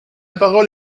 parole